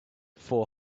four